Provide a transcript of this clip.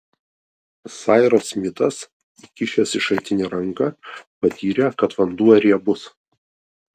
sairas smitas įkišęs į šaltinį ranką patyrė kad vanduo riebus